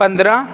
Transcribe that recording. पंदरां